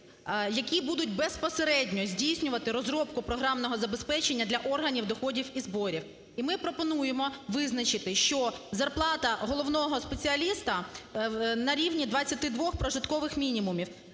які будуть безпосередньо здійснювати розробку програмного забезпечення для органів доходів і зборів. І ми пропонуємо визначити, що зарплата головного спеціаліста – на рівні 22 прожиткових мінімумів,